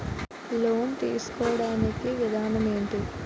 Loan తీసుకోడానికి విధానం ఏంటి?